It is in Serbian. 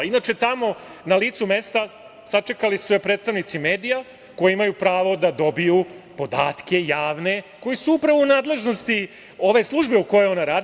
Inače, tamo, na licu mesta, sačekali su je predstavnici medija, koji imaju pravo da dobiju podatke, javne, koji su upravo u nadležnosti ove službe u kojoj ona radi.